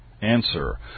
Answer